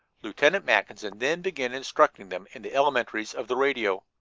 lieutenant mackinson then began instructing them in the elementaries of the radio.